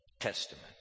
Testament